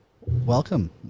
Welcome